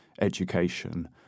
education